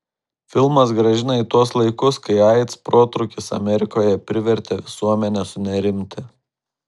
filmas grąžina į tuos laikus kai aids protrūkis amerikoje privertė visuomenę sunerimti